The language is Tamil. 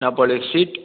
நாப்பாலியர் ஸ்ட்ரீட்